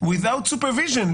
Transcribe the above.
Without supervision,